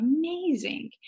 amazing